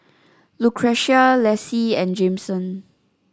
Lucretia Lassie and Jameson